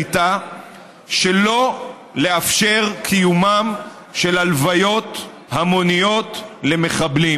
הייתה שלא לאפשר את קיומן של הלוויות המוניות למחבלים.